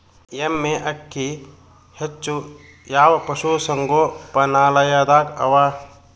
ಎಮ್ಮೆ ಅಕ್ಕಿ ಹೆಚ್ಚು ಯಾವ ಪಶುಸಂಗೋಪನಾಲಯದಾಗ ಅವಾ?